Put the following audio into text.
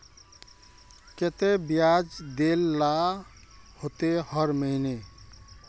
केते बियाज देल ला होते हर महीने?